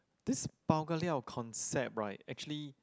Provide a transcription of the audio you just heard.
this bao-ka-liao concept right actually